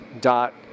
dot